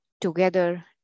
together